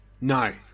No